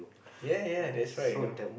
ya ya that's why you know